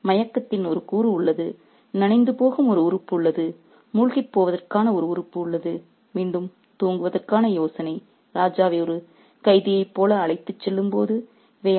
எனவே மயக்கத்தின் ஒரு கூறு உள்ளது நனைந்துபோகும் ஒரு உறுப்பு உள்ளது மூழ்கிப் போவதற்கான ஒரு உறுப்பு உள்ளது மீண்டும் தூங்குவதற்கான யோசனை ராஜாவை ஒரு கைதியைப் போல அழைத்துச் செல்லும்போது